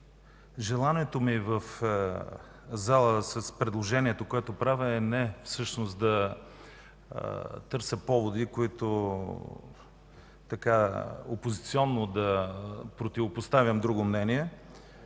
Желанието ми в залата с предложението, което правя, е не всъщност да търся поводи, с които опозиционно да противопоставям друго мнение,